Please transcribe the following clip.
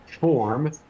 form